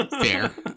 fair